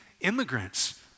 immigrants